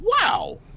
Wow